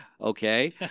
Okay